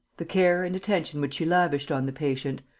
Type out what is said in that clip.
the care and attention which she lavished on the patient,